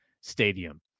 Stadium